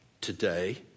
today